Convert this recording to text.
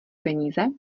peníze